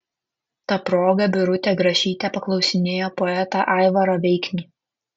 ta proga birutė grašytė paklausinėjo poetą aivarą veiknį